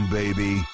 baby